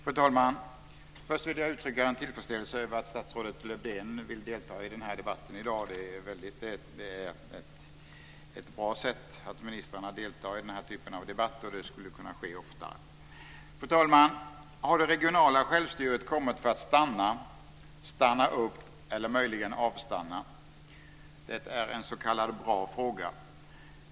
Fru talman! Först vill jag uttrycka min tillfredsställelse över att statsrådet Lövdén vill delta i debatten i dag. Det är bra att ministrarna deltar i den här typen av debatter, och det skulle kunna ske oftare. Fru talman! Har det regionala självstyret kommit för att stanna, stanna upp eller möjligen avstanna? Det är en s.k. bra fråga.